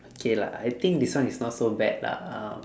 okay lah I think this one is not so bad lah